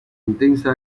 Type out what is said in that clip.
intensa